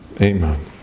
Amen